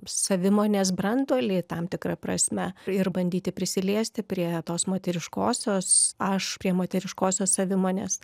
savimonės branduolį tam tikra prasme ir bandyti prisiliesti prie tos moteriškosios aš prie moteriškosios savimonės